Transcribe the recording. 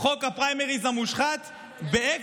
חוק הפריימריז המושחת באקסטרה.